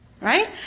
Right